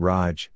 Raj